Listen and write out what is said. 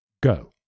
go